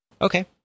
okay